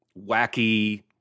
wacky